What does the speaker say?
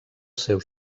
seus